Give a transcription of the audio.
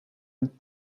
een